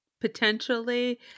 Potentially